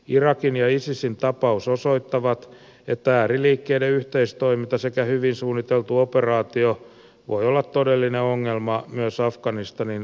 irakin ja isisin tapaus osoittaa että ääriliikkeiden yhteistoiminta sekä hyvin suunniteltu operaatio voivat olla todellinen ongelma myös afganistanin turvallisuusviranomaisille